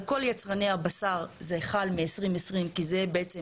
על כל יצרני הבשר זה חל מ-2020 כי זה בעצם